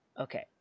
Okay